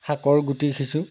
শাকৰ গুটি সিচোঁ